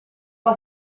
può